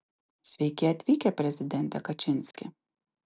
sveiki atvykę prezidente kačinski